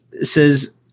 says